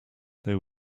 there